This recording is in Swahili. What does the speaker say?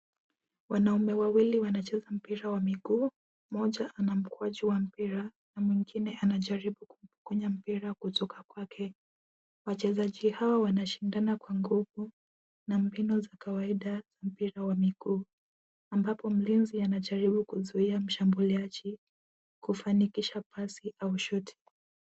Wanaume wawili wanacheza mpira wa miguu. Moja ana mkwaji wa mpira na mwingine anajaribu kumpokonya mpira kutoka kwake. Wachezaji hawa wanashindana kwa nguvu na mtindo za kawaida mpira wa miguu ambapo mlinzi anajaribu kuzuia mshambuliaji kufanikisha pasi au shuti .